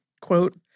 Quote